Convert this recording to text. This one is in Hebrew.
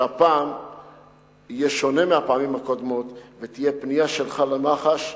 שהפעם תהיה שונה מהפעמים הקודמות ותהיה פנייה שלך למח"ש,